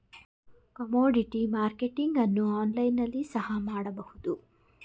commodity marketing ಅನ್ನು online ನಲ್ಲಿ ಸಹ ಮಾಡಬಹುದು